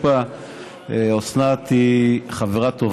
חבר הכנסת